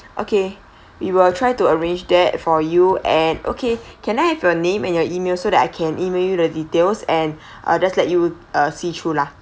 okay we will try to arrange that for you and okay can I have your name and your email so that I can email you the details and I'll just let you uh see through lah